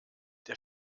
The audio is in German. der